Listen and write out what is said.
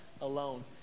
alone